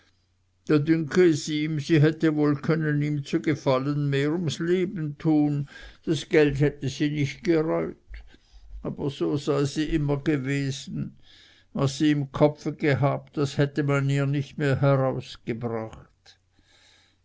sie hätte wohl können ihm zu gefallen mehr ums leben tun das geld hätte ihn nicht gereut aber so sei sie immer gewesen was sie im kopf gehabt das hätte man ihr nicht mehr herausgebracht